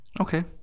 Okay